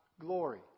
glory